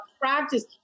practice